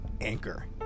Anchor